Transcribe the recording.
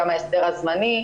גם ההסדר הזמני,